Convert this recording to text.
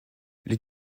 les